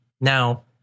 Now